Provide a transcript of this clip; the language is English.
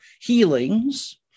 healings